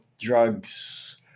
drugs